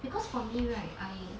because for me right I